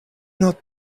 not